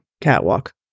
catwalk